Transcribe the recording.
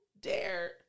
dare